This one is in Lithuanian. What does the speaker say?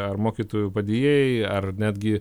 ar mokytojų padėjėjai ar netgi